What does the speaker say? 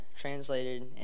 translated